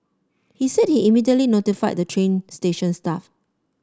he said he immediately notified the train station staff